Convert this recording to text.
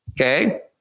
Okay